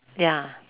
ya